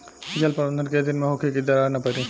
जल प्रबंधन केय दिन में होखे कि दरार न पड़ी?